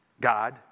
God